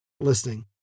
listening